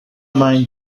mind